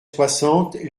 soixante